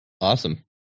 awesome